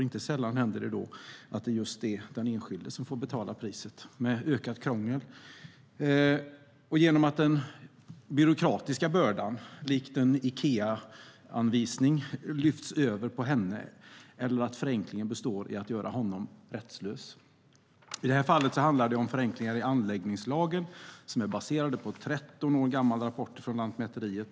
Inte sällan händer det då att det är den enskilde som får betala priset med ökat krångel genom att den byråkratiska bördan likt en Ikea-anvisning lyfts över på henne eller att förenklingen består i att göra honom rättslös. I det här fallet handlar det om förenklingar i anläggningslagen baserade på en 13 år gammal rapport från Lantmäteriet.